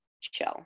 chill